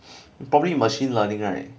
probably machine learning right